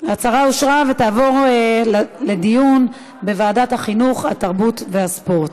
ותעבור לדיון בוועדת החינוך, התרבות והספורט.